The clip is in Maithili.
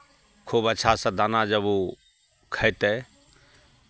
खूब अच्छासँ दाना जब ओ खयतै